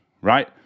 right